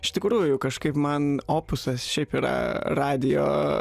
iš tikrųjų kažkaip man opusas šiaip yra radijo